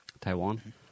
Taiwan